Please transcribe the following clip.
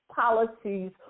policies